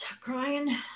crying